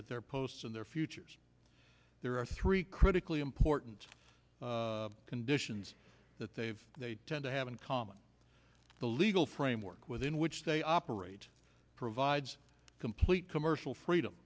at their posts and their futures there are three critically important conditions that they have they tend to have in common the legal framework within which they operate provides complete commercial freedom